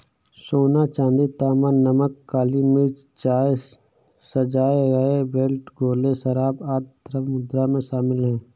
सोना, चांदी, तांबा, नमक, काली मिर्च, चाय, सजाए गए बेल्ट, गोले, शराब, आदि द्रव्य मुद्रा में शामिल हैं